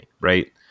right